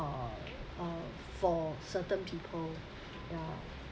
uh for certain people ya